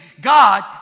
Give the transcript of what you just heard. God